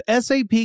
SAP